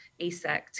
ASECT